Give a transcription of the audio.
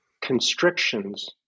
constrictions